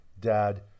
dad